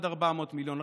עד 400 מיליון,